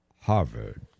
Harvard